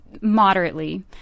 moderately